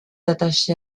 attaché